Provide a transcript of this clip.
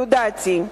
זו דעתי.